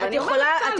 ואני אומרת: טל,